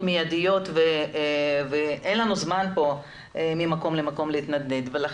מיידיות ואין לנו זמן להתנדנד ממקום למקום.